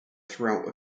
throughout